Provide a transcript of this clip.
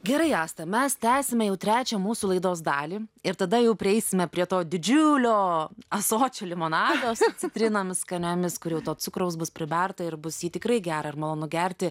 gerai asta mes tęsiame jau trečią mūsų laidos dalį ir tada jau prieisime prie to didžiulio ąsočio limonado su citrinomis skaniomis kur jau to cukraus bus priberta ir bus jį tikrai gera ir malonu gerti